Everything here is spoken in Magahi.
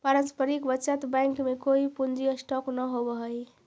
पारस्परिक बचत बैंक में कोई पूंजी स्टॉक न होवऽ हई